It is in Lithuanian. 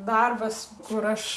darbas kur aš